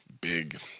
big